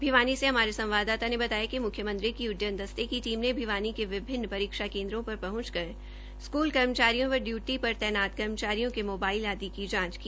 भिवानी से हमारे संवाददाता ने बताया कि म्ख्यमंत्री की उड्डन दस्ते की टीम ने भिवानी के विभिन्न परीक्षा केन्द्रों पर पहंचकर स्कूल कर्मचारियों व डयूटीपर तैनात कर्मचारियों के मोबाइल आदि की जांच की